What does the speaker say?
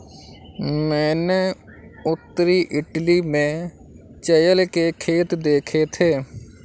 मैंने उत्तरी इटली में चेयल के खेत देखे थे